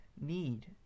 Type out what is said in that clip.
need